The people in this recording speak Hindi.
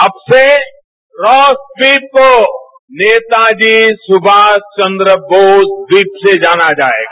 अब से रॉस ट्वीप को नेताजी सुभाष चन्द्र बोस ट्वीप से जाना जाएगा